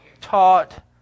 taught